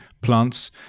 plants